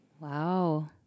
wow